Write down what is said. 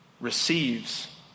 receives